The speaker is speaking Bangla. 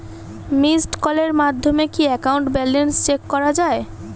মিসড্ কলের মাধ্যমে কি একাউন্ট ব্যালেন্স চেক করা যায়?